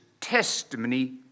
testimony